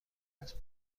است